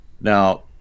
Now